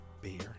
beer